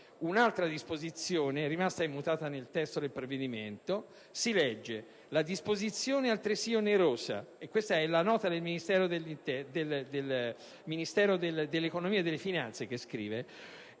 un'altra disposizione rimasta immutata nel testo del provvedimento, si legge: "La disposizione è altresì onerosa," - è sempre il Ministero dell'economia e delle finanze che scrive